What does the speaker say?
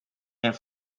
and